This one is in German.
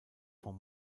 von